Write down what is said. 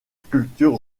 sculpture